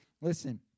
listen